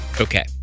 Okay